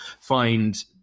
find